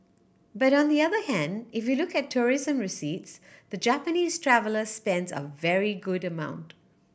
but on the other hand if you look at tourism receipts the Japanese traveller spends a very good amount